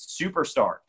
superstar